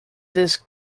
this